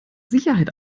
sicherheit